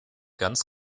ganz